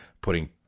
putting